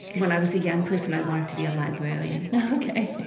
when i was a young person, i wanted to be a librarian okay.